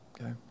okay